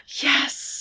Yes